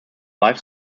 life